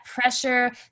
pressure